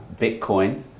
Bitcoin